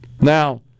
Now